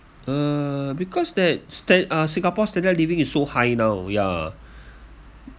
uh because that stan~ uh singapore standard living is so high now ya